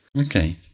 Okay